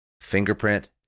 fingerprint